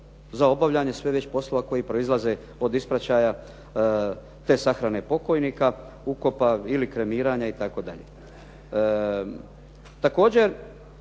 za obavljanje svih već poslova koji proizlaze od ispraćaja te sahrane pokojnika, ukopa ili kremiranja itd.